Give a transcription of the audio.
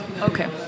Okay